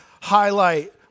highlight